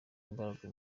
imbaraga